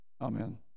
Amen